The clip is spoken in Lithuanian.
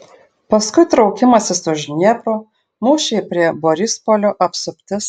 paskui traukimasis už dniepro mūšiai prie borispolio apsuptis